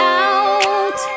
out